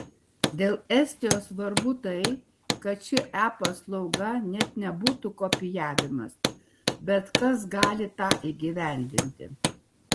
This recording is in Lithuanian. dėl estijos svarbu tai kad ši e paslauga net nebūtų kopijavimas bet kas gali tą įgyvendinti